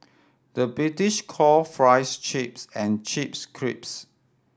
the British call fries chips and chips crisps